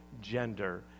gender